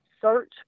search